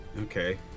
Okay